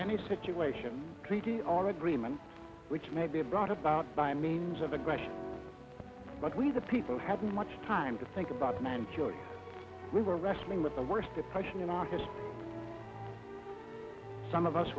any situation treaty or agreement which may be brought about by means of aggression but we the people have much time to think about and i'm sure we were wrestling with the worst depression in august some of us